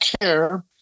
care